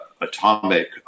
atomic